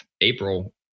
April